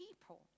people